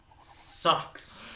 sucks